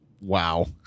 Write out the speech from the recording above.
wow